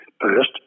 first